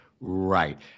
Right